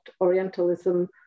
Orientalism